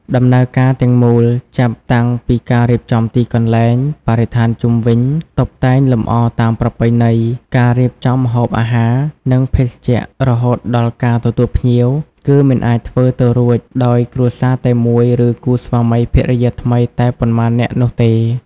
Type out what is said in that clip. ដំណើរការទាំងមូល ចាប់តាំងពីការរៀបចំទីកន្លែង បរិស្ថានជុំវិញ តុបតែងលម្អតាមប្រពៃណី ការរៀបចំម្ហូបអាហារ និងភេសជ្ជៈ រហូតដល់ការទទួលភ្ញៀវ គឺមិនអាចធ្វើទៅរួចដោយគ្រួសារតែមួយ ឬគូស្វាមីភរិយាថ្មីតែប៉ុន្មាននាក់នោះទេ។